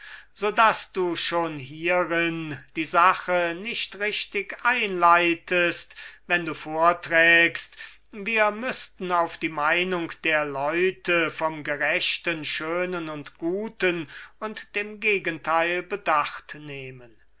daß du schon hierin die sache nicht richtig einleitest wenn du vorträgst wir müßten auf die meinung der leute vom gerechten schönen und guten und dem gegenteil bedacht nehmen